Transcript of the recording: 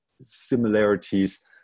similarities